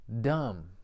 dumb